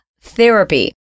therapy